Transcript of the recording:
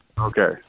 Okay